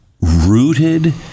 rooted